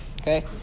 okay